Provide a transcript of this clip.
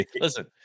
listen